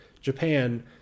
Japan